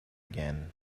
again